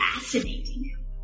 fascinating